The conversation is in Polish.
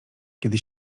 kiedy